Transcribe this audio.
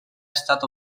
estat